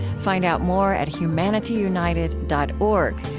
find out more at humanityunited dot org,